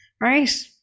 Right